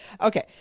Okay